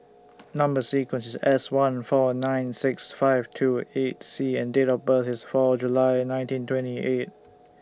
Number sequence IS S one four nine six five two eight C and Date of birth IS four July nineteen twenty eight